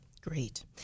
Great